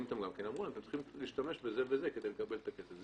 לנו להשתמש בזה וזה כדי לקבל את הכסף.